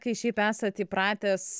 kai šiaip esat įpratęs